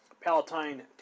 Palatine